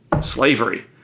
slavery